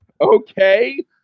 okay